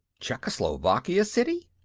czechoslovakia, siddy?